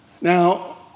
Now